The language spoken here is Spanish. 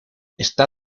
esta